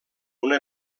una